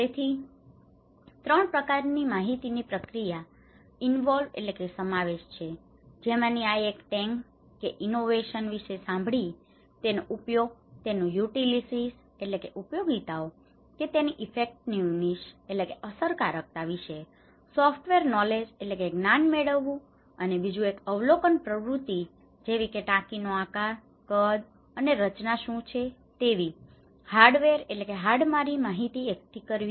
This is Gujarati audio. તેથી 3 પ્રકારની માહિતીની પ્રક્રિયા ઇનવોલ્વ involve સમાવેશ છે જેમાંની એક આ ટેન્ક tank ટાંકી કે ઇનોવેશન innovations નવીનતાઓ વિશે સાંભળીને તેનો ઉપયોગ તેની યુટીલીટીસ utilities ઉપયોગિતાઓ કે તેની ઈફેક્ટિવનેશ effectiveness અસરકારકતા વિશે સોફ્ટવેર નૉલેજ knowledge જ્ઞાન મેળવવું અને બીજું એક અવલોકન પ્રવૃત્તિ જેવી કે તે ટાંકીનો આકાર કદ અને રચના શું છે જેવી હાર્ડવેર hardware હાડમારી માહિતી એકઠી કરવી